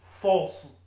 false